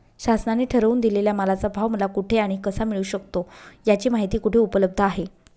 शासनाने ठरवून दिलेल्या मालाचा भाव मला कुठे आणि कसा मिळू शकतो? याची माहिती कुठे उपलब्ध आहे?